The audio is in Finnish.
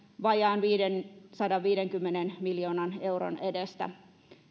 vajaan viidensadanviidenkymmenen miljoonan euron edestä